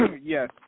Yes